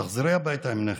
תחזרי הביתה עם נכד,